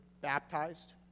baptized